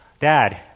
Dad